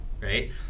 right